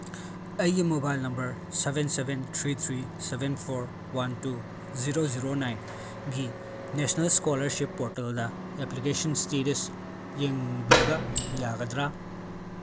ꯑꯩꯒꯤ mobile number seven seven three three seven four one two zero zero ꯅꯥꯏꯟꯒꯤ national scholarship ꯄꯣꯔꯇꯦꯜꯗ application status ꯌꯦꯡꯕꯤꯕ ꯌꯥꯒꯗ꯭ꯔꯥ